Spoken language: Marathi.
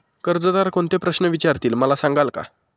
कर्जदार कोणते प्रश्न विचारतील, मला सांगाल का?